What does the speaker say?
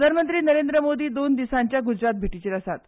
प्रधानमंत्री नरेंद्र मोदी दोन दिसांच्या गुजरात भेटीचेर आसात